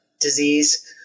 disease